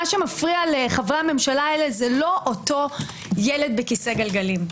מה שמפריע לחברי הממשלה האלה זה לא אותו ילד בכיסא גלגלים.